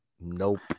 Nope